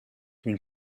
une